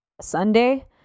Sunday